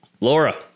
Laura